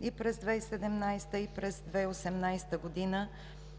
и през 2017 г., и през 2018 г.